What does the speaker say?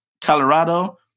Colorado